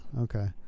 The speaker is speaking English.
okay